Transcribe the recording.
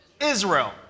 Israel